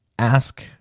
ask